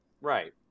right